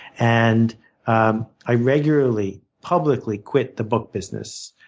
and um i regularly, publicly quit the book business,